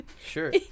Sure